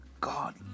God